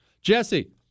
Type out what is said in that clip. Jesse